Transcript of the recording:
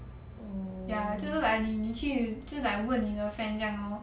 ya 就是 like 你你去就 like 问你的 friend 这样 lor